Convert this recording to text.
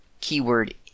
keyword